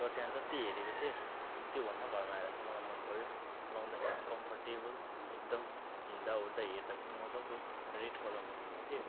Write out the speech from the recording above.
र त्यहाँ जति हेरेको थिएँ त्यो भन्दा घरमा आएर चाहिँ मलाई मनपऱ्यो लगाउँदाखेरि पनि कम्फोर्टेबल एकदम हिँड्दाओर्दा हेर्दा पनि मजाको रेड कलरमा किनेको थिएँ